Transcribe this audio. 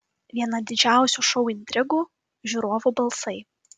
viena didžiausių šou intrigų žiūrovų balsai